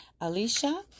Alicia